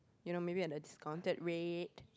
you know maybe at a discounted rate